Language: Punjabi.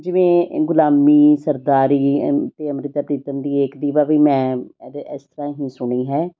ਜਿਵੇਂ ਗੁਲਾਮੀ ਸਰਦਾਰੀ ਅ ਅਤੇ ਅੰਮ੍ਰਿਤਾ ਪ੍ਰੀਤਮ ਦੀ ਇੱਕ ਦੀਵਾ ਵੀ ਮੈਂ ਇਹਦੇ ਇਸ ਤਰ੍ਹਾਂ ਹੀ ਸੁਣੀ ਹੈ